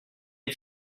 est